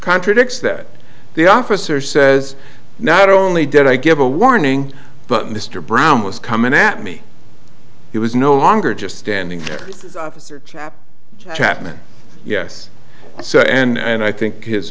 contradicts that the officer says not only did i give a warning but mr brown was coming at me he was no longer just standing there chap chapman yes so and i think his